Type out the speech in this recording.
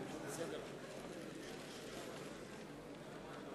מצביע תודה רבה.